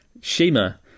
Shima